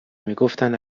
میگفتند